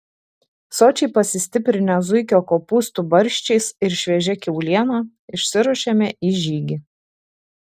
sočiai pasistiprinę zuikio kopūstų barščiais ir šviežia kiauliena išsiruošėme į žygį